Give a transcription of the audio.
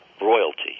royalty